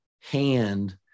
hand